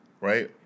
Right